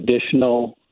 additional